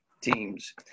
teams